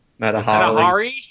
Matahari